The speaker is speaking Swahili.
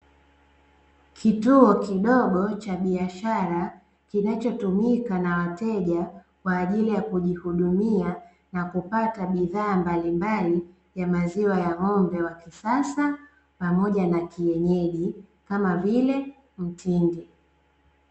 Kituo kidogo cha biashara kinachotumika na wateja kwa ajili ya kujihudumia na kupata bidhaa mbalimbali ya maziwa ya ng'ombe wa kisasa pamoja na kienyeji kama vile mtindi.